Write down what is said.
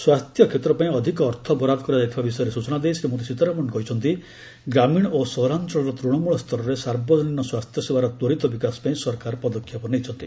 ସ୍ୱାସ୍ଥ୍ୟକ୍ଷେତ୍ର ପାଇଁ ଅଧିକ ଅର୍ଥ ବରାଦ କରାଯାଇଥିବା ବିଷୟରେ ସ୍କଚନା ଦେଇ ଶ୍ରୀମତୀ ସୀତାରମଣ କହିଛନ୍ତି ଯେ ଗ୍ରାମୀଣ ଓ ସହରାଞ୍ଚଳର ତୂଶମୂଳସ୍ତରରେ ସାର୍ବଜନୀନ ସ୍ୱାସ୍ଥ୍ୟସେବାର ତ୍ୱରିତ ବିକାଶ ପାଇଁ ସରକାର ପଦକ୍ଷେପ ନେଇଛନ୍ତି